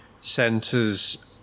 centres